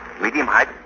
medium-height